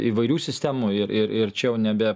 įvairių sistemų ir ir ir čia jau nebe